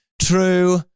true